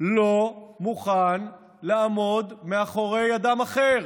לא מוכן לעמוד מאחורי אדם אחר